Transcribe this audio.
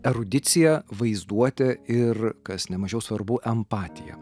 erudicija vaizduotė ir kas nemažiau svarbu empatija